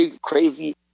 crazy